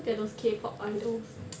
look at those K pop idols